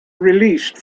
released